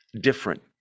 different